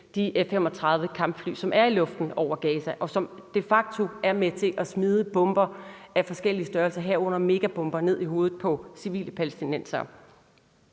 de F-35-kampfly, som er i luften over Gaza, og som de facto er med til at smide bomber af forskellig størrelse, herunder megabomber, ned i hovedet på civile palæstinensere.